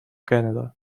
canada